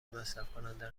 مصرفکننده